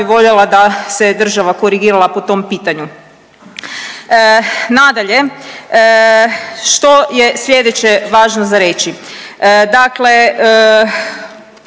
voljela da se je država korigirala po tom pitanju. Nadalje, što je slijedeće važno za reći. Dakle,